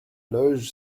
loge